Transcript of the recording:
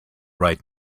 right